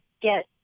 get